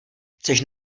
chceš